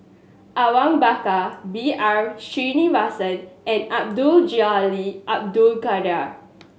Awang Bakar B R Sreenivasan and Abdul Jalil Abdul Kadir